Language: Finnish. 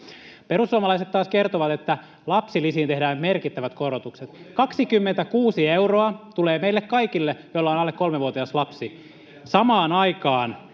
Perussuomalaiset taas kertovat, että lapsilisiin tehdään merkittävät korotukset. 26 euroa tulee meille kaikille, joilla on alle kolmevuotias lapsi. Samaan aikaan